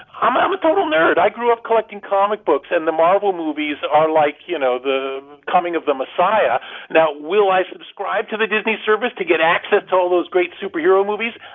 um i'm a total nerd. i grew up collecting comic books. and the marvel movies are like, you know, the coming of the messiah now, will i subscribe to the disney service to get access to all those great superhero movies?